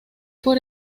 por